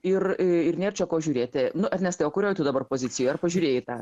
ir ir nėr čia ko žiūrėti nu ernestai o kurioj tu dabar pozicijoj ar pažiūrėjai tą